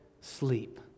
sleep